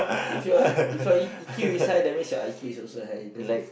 if your if your E_Q is high that means your I_Q is also high does that